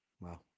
Wow